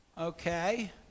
Okay